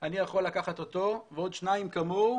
תקשיב טוב, אני יכול לקחת אותו ועוד שניים כמוהו